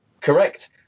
Correct